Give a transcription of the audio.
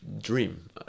dream